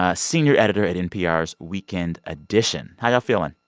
ah senior editor at npr's weekend edition. how y'all feeling?